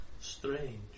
Strange